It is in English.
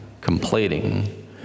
complaining